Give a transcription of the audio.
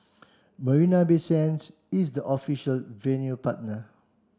Marina Bay Sands is the official venue partner